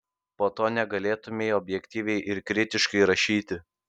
po to negalėtumei objektyviai ir kritiškai rašyti